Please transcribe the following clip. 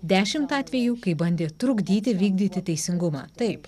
dešimt atvejų kai bandė trukdyti vykdyti teisingumą taip